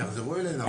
שיחזרו אלינו.